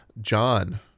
John